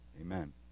Amen